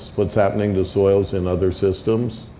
what's happening to soils in other systems.